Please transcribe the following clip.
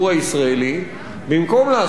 במקום לעשות את הדברים האלה,